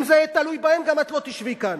אם זה יהיה תלוי בהם, גם את לא תשבי כאן.